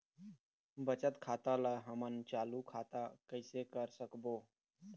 बचत खाता ला हमन चालू खाता कइसे कर सकबो?